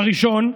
הראשון,